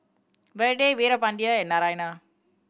Vedre Veerapandiya and Naraina